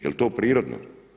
Jel to prirodno?